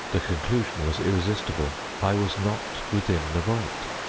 the conclusion was irresistible. i was not within the vault.